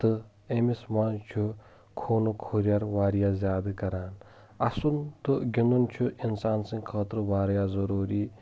تہٕ أمس منٛز چھُ خوٗنُک ہُرٮ۪ر واریاہ زیادٕ کران اسُن تہٕ گنٛدُن چھُ انسان سٕنٛدِ خٲطرٕ واریاہ ضروٗری